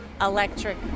electric